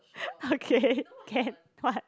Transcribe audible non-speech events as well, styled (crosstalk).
(laughs) okay can what